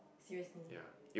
seriously